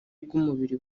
bw’umubiri